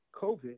COVID